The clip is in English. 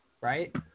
right